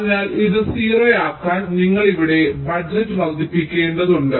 അതിനാൽ ഇത് 0 ആക്കാൻ നിങ്ങൾ ഇവിടെ ബജറ്റ് വർദ്ധിപ്പിക്കേണ്ടതുണ്ട്